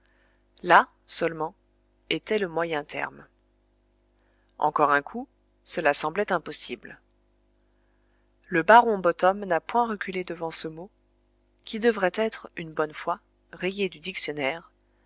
là seulement était le moyen terme encore un coup cela semblait impossible le baron bottom n'a point reculé devant ce mot